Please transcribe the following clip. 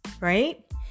right